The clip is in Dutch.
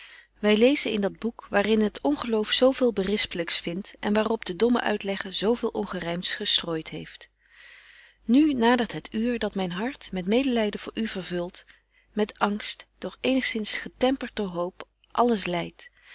wy lezen in dat boek waar in het ongeloof zo veel berisplyks vindt en waarop de domme uitlegger zo veel ongerymts gestrooit heeft nu nadert het uur dat myn hart met medelyden voor u vervult met angst doch eenigzins getempert door hoop alles lydt